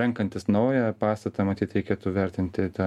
renkantis naują pastatą matyt reikėtų vertinti tą